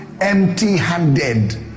empty-handed